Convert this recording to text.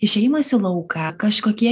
išėjimas į lauką kažkokie